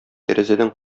тәрәзәдән